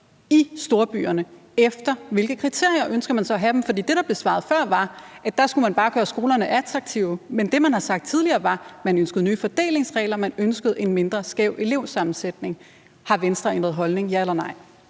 i storbyerne, efter hvilke kriterier ønsker man så at have dem? For det, der blev svaret før, var, at der skulle man bare gøre skolerne attraktive; men det, man har sagt tidligere, var, at man ønskede nye fordelingsregler, man ønskede en mindre skæv elevsammensætning. Har Venstre ændret holdning – ja eller nej?